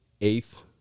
eighth